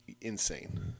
Insane